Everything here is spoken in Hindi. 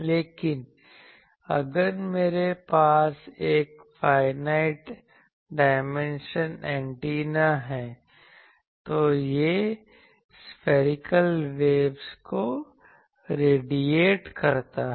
लेकिन अगर मेरे पास एक फाइनाइट डायमेंशन एंटीना है तो यह सफैरीकल वेव को रेडिएट करता है